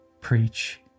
preach